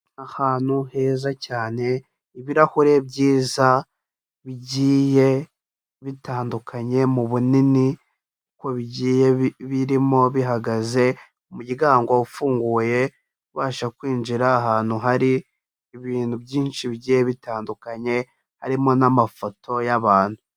Ahantu heza cyane ibirahure byiza bigiye bitandukanye mu bunini uko bigiye birimo bihagaze, umuryango ufunguye ubasha kwinjira ahantu hari ibintu byinshi bigiye bitandukanye harimo n'amafoto y'abantu.